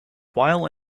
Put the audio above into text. while